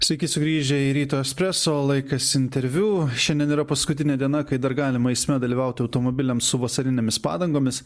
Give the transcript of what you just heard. sveiki sugrįžę į ryto espreso laikas interviu šiandien yra paskutinė diena kai dar galima eisme dalyvauti automobiliams su vasarinėmis padangomis